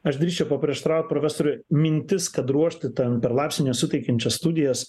aš drįsčiau paprieštaraut profesoriui mintis kad ruošti ten per laipsnio nesuteikiančias studijas